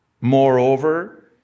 Moreover